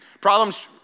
Problems